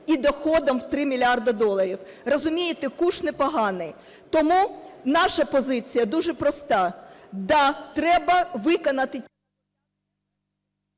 і доходом в 3 мільярди доларів. Розумієте, куш непоганий. Тому наша позиція дуже проста: да, треба виконати…